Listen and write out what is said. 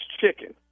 chicken